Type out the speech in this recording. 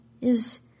Is